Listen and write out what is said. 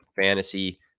fantasy